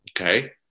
Okay